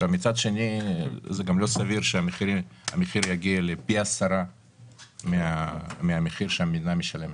מצד שני זה גם לא סביר שהמחיר יגיע פי עשרה מהמחיר שהמדינה משלמת.